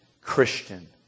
Christian